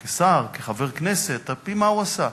כשר, כחבר כנסת, על-פי מה שהוא עשה.